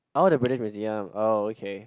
oh the British Museum okay